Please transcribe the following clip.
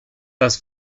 thus